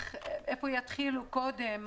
איפה יתחילו קודם,